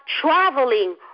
traveling